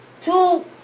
two